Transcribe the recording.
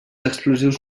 explosius